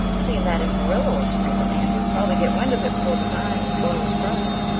seeing that if marilla was to make it anne would probably get wind of it before the time and spoil the surprise?